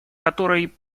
которой